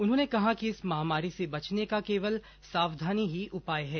उन्होंने कहा कि इस महामारी से बचने का केवल सावधानी ही उपाय है